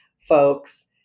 folks